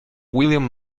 william